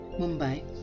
Mumbai